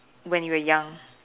when you were young